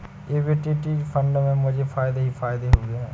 equity fund से मुझे फ़ायदे ही फ़ायदे हुए हैं